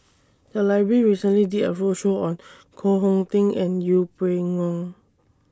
The Library recently did A roadshow on Koh Hong Teng and Yeng Pway Ngon